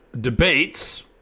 debates